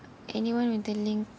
anyone with the link